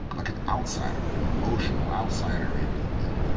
but like an outsider, an emotional outsider in the, in the,